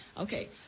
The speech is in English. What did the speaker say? Okay